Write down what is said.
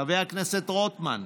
חבר הכנסת רוטמן,